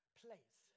place